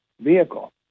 vehicle